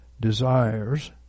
desires